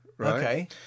Okay